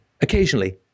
Occasionally